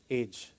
age